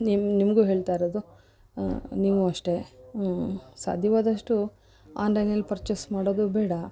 ನಿಮ್ಮ ನಿಮಗೂ ಹೇಳ್ತಾಯಿರೋದು ನೀವು ಅಷ್ಟೇ ಸಾಧ್ಯವಾದಷ್ಟು ಆನ್ಲೈನಲ್ಲಿ ಪರ್ಚೇಸ್ ಮಾಡೋದು ಬೇಡ